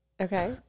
Okay